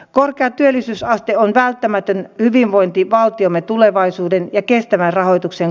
korkea työllisyysaste oli välttämätön hyvinvointivaltiomme tulevaisuuden ja kestävän rahoituksen